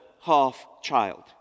half-child